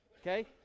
Okay